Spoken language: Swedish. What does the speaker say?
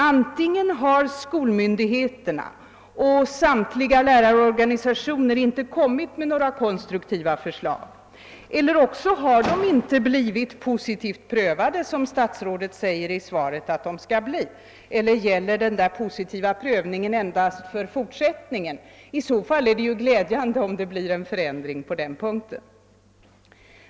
Antingen har skolmyndigheterna och samtliga lärarorganisationer inte kommit med några konstruktiva förslag eller också har dessa inte blivit positivt prövade på det sätt som statsrådet i svaret säger att de skall bli. Eller gäller den där positiva prövningen endast för fortsättningen? I så fall är det ju glädjande om det blir en förändring på den punkten.